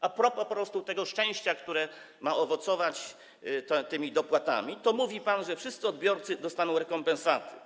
A propos tego szczęścia, które ma owocować tymi dopłatami, to mówi pan, że wszyscy odbiorcy dostaną rekompensaty.